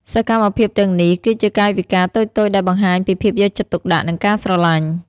សកម្មភាពទាំងនេះ គឺជាកាយវិការតូចៗដែលបង្ហាញពីភាពយកចិត្តទុកដាក់ និងការស្រឡាញ់។